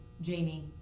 Jamie